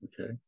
Okay